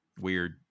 weird